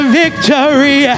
victory